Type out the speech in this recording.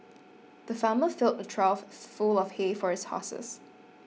the farmer filled a trough full of hay for his horses